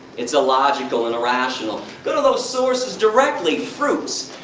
it's illogical and irrational. go to those sources directly, fruits,